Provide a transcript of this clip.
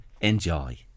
Enjoy